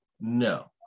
no